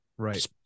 Right